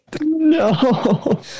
No